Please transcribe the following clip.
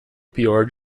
pior